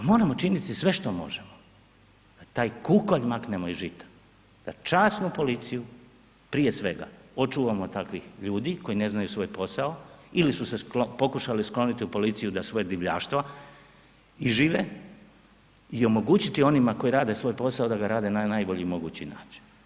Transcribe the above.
A moramo činiti sve što možemo da taj kukolj maknemo iz žita, da časnu policiju prije svega očuvamo od takvih ljudi koji ne znaju svoj posao ili su se pokušali skloniti u policiju da svoje divljaštvo ižive i omogućiti onima koji rade svoj posao da ga rade na najbolji mogući način.